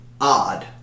odd